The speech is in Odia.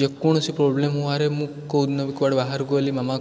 ଯେକୌଣସି ପ୍ରୋବ୍ଲେମ୍ ହଉ ଆରେ ମୁଁ କେଉଁଦିନ ବି କୁଆଡ଼େ ବାହାରକୁ ଗଲି ମାମା